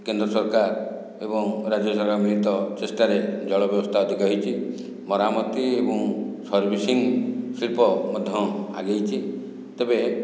କେନ୍ଦ୍ର ସରକାର ଏବଂ ରାଜ୍ୟ ସରକାରଙ୍କ ମିଳିତ ଚେଷ୍ଟାରେ ଜଳ ବ୍ୟବସ୍ଥା ଅଧିକ ହେଇଛି ମରାମତି ଏବଂ ସର୍ଭିସିଂ ଶିଳ୍ପ ମଧ୍ୟ ଆଗେଇଛି ତେବେ